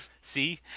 See